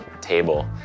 table